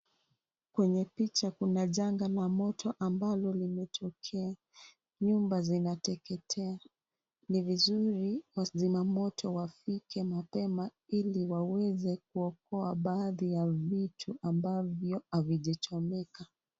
Kwenye picha kuna janga la moto ambalo limetokea, nyumba zinateketea, ni vizuri wazima moto wafike mapema ili waweze kuokoa baadhi ya vitu ambavyo havijachomeka.